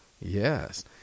Yes